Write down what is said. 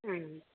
उम